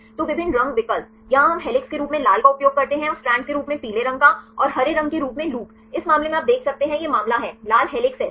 तो विभिन्न रंग विकल्प यहाँ हम हेलिक्स के रूप में लाल का उपयोग करते हैं और स्ट्रैंड के रूप में पीले रंग का और हरे रंग के रूप में लूप इस मामले में आप देख सकते हैं यह मामला है लाल हेलिक्स है सही